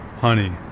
Honey